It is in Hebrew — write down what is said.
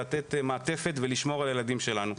לתת מעטפת ולשמור על הילדים שלנו.